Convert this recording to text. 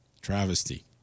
Travesty